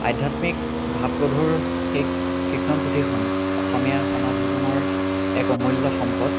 আধ্যাত্মিক ভাৱগধুৰ সেই কীৰ্তন পুথিখন অসমীয়া সমাজ জীৱনৰ এক অমূল্য সম্পদ